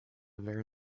very